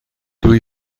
dwi